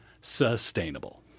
sustainable